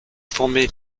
former